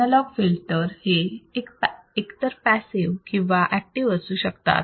analogue filters हे एक तर पॅसिव्ह किंवा ऍक्टिव्ह असू शकतात